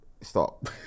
stop